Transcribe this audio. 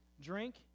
drink